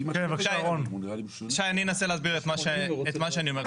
שי, אני אנסה להסביר את מה שאני אומר.